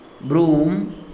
Broom